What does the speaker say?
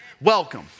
Welcome